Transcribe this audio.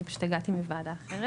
אני פשוט הגעתי מוועדה אחרת.